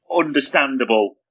understandable